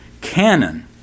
canon